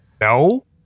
no